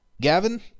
Gavin